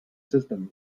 system